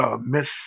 miss